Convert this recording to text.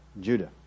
Judah